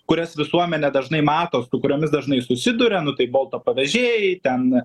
kurias visuomenė dažnai mato su kuriomis dažnai susiduria nu tai bolto pavėžėjai ten